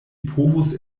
povus